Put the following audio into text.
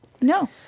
No